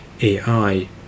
AI